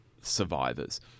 survivors